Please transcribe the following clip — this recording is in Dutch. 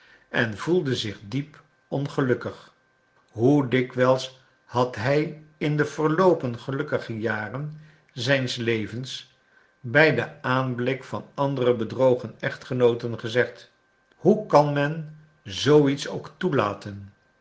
en voelde zich diep ongelukkig hoe dikwijls had hij in de verloopen gelukkige jaren zijns levens bij den aanblik van andere bedrogen echtgenooten gezegd hoe kan men zoo iets ook toelaten